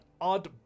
odd